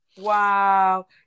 Wow